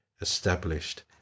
established